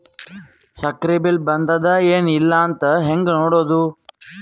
ಸಕ್ರಿ ಬಿಲ್ ಬಂದಾದ ಏನ್ ಇಲ್ಲ ಅಂತ ಹೆಂಗ್ ನೋಡುದು?